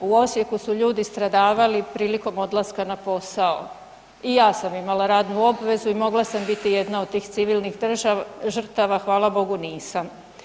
U Osijeku su ljudi stradavali prilikom odlaska na posao i ja sam imala radnu obvezu i mogla sam biti jedna od tih civilnih žrtava, hvala Bogu nisam.